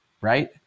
Right